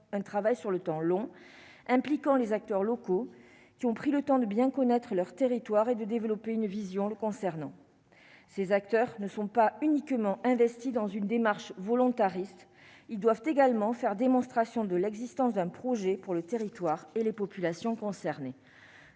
un travail sur le temps long, impliquant les acteurs locaux qui ont pris le temps de bien connaître leur territoire et de développer une vision le concernant ces acteurs ne sont pas uniquement investi dans une démarche volontariste, ils doivent également faire démonstration de l'existence d'un projet pour le territoire et les populations concernées,